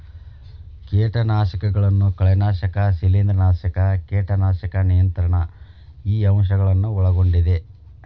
ಕೇಟನಾಶಕಗಳನ್ನು ಕಳೆನಾಶಕ ಶಿಲೇಂಧ್ರನಾಶಕ ಕೇಟನಾಶಕ ನಿಯಂತ್ರಣ ಈ ಅಂಶ ಗಳನ್ನು ಒಳಗೊಂಡಿದೆ